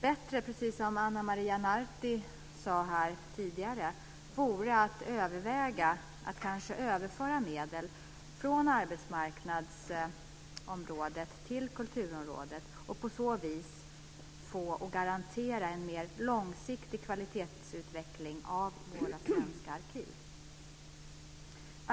Det vore bättre - som Ana Maria Narti sade här tidigare - att överväga att kanske överföra medel från arbetsmarknadsområdet till kulturområdet och på så vis garantera en mer långsiktig kvalitetsutveckling av våra svenska arkiv.